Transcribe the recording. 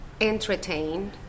entertain